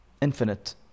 infinite